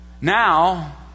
Now